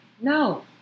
No